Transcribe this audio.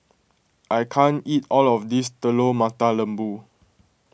I can't eat all of this Telur Mata Lembu